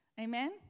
Amen